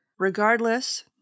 Regardless